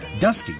Dusty